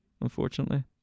unfortunately